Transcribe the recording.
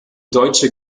deutsche